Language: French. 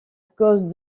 cause